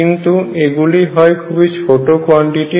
কিন্তু এইগুলি হয় খুবই ছোট কোয়ান্টিটি